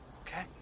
okay